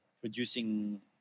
producing